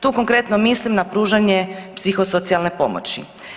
Tu konkretno mislim na pružanje psihosocijalne pomoći.